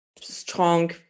strong